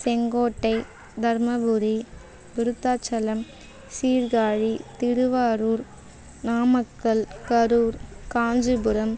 Sengottai Dharmapuri Virudhachalam Sirkazhi Thiruvarur Namakkal Karur Kanchipuram